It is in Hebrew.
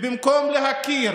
במקום להכיר